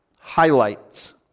highlights